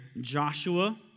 Joshua